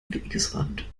wegesrand